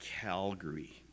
Calgary